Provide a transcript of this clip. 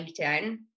LinkedIn